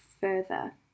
further